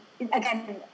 again